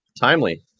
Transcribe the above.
timely